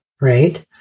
right